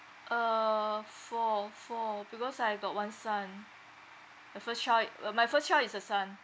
uh for for because I got one son the first child i~ uh my first child is a son